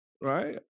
Right